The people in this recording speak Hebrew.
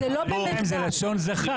אז אם זה לשון זכר אז זה רק גברים.